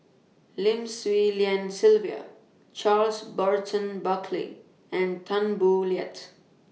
Lim Swee Lian Sylvia Charles Burton Buckley and Tan Boo Liat